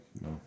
no